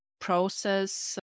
process